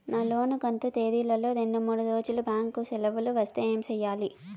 నా లోను కంతు తేదీల లో రెండు మూడు రోజులు బ్యాంకు సెలవులు వస్తే ఏమి సెయ్యాలి?